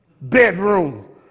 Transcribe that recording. bedroom